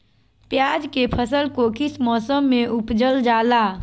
प्याज के फसल को किस मौसम में उपजल जाला?